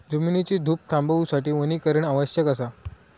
जमिनीची धूप थांबवूसाठी वनीकरण आवश्यक असा